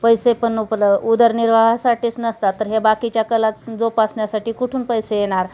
पैसे पण उपल उदरनिर्वाहासाठीच नसतात तर हे बाकीच्या कला च जोपासण्यासाठी कुठून पैसे येणार